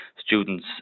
students